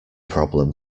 problem